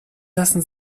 lassen